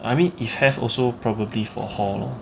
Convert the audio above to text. I mean if have also probably for hall lor